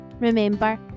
Remember